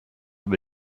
über